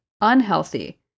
unhealthy